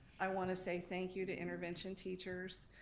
i want to say thank you to intervention teachers,